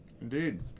Indeed